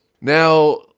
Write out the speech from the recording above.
Now